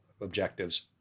objectives